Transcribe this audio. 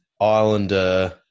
Islander